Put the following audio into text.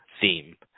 theme